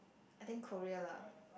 I think Korea lah